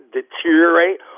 deteriorate